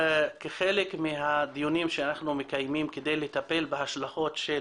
כחלק מהדיונים שאנחנו מקיימים כדי לטפל בהשלכות של